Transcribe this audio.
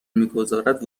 میگذارد